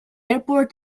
airport